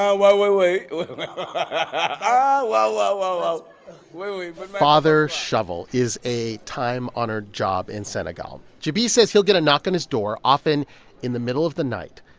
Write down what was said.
ah wait, wait, wait. wait, ah um ah wait but father shovel is a time-honored job in senegal. jabi says he'll get a knock and his door, often in the middle of the night.